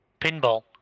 Pinball